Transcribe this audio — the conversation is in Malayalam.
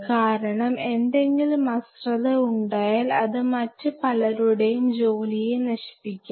കാരണം ഏതെങ്കിലും അശ്രദ്ധ ഉണ്ടായാൽ അത് മറ്റ് പലരുടെയും ജോലി നശിപ്പിക്കാം